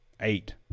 Eight